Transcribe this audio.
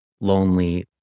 lonely